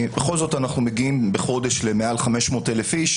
בכל זאת אנחנו מגיעים בחודש למעל 500,000 איש,